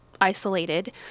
isolated